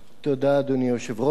אדוני היושב-ראש,